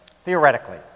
Theoretically